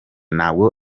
ntabwo